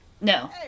No